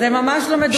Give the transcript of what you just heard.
זה ממש לא מדובר עליו.